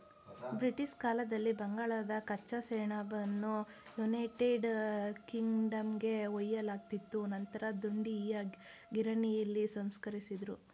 British ಕಾಲದಲ್ಲಿ ಬಂಗಾಳದ ಕಚ್ಚಾ ಸೆಣಬನ್ನು ಯುನೈಟೆಡ್ ಕಿಂಗ್ಡಮ್ಗೆ ಒಯ್ಯಲಾಗ್ತಿತ್ತು ನಂತರ ದುಂಡೀಯ ಗಿರಣಿಲಿ ಸಂಸ್ಕರಿಸಿದ್ರು